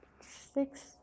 six